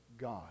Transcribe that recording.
God